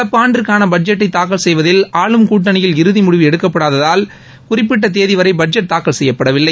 நடப்பாண்டிற்கான பட்ஜெட்டை தாக்கல் செய்வதில் ஆளும் கூட்டணியில் இறதி முடிவு எட்டப்படாததால் குறிப்பிட்ட தேதி வரை பட்ஜெட் தாக்கல் செய்யப்படவில்லை